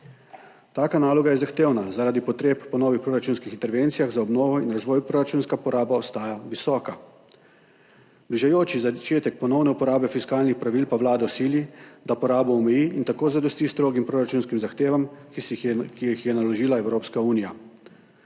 Taka naloga je zahtevna zaradi potreb po novih proračunskih intervencijah za obnovo in razvoj. Proračunska poraba ostaja visoka. Bližajoči začetek ponovne uporabe fiskalnih pravil pa vlado sili, da porabo omeji in tako zadosti strogim proračunskim zahtevam, ki jih je naložila Evropska unija.